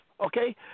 okay